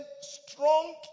strong